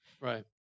Right